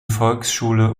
volksschule